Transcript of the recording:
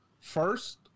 first